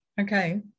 okay